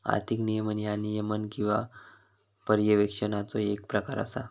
आर्थिक नियमन ह्या नियमन किंवा पर्यवेक्षणाचो येक प्रकार असा